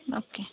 okay